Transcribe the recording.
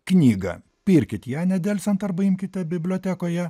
knygą pirkit ją nedelsiant arba imkite bibliotekoje